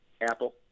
Apple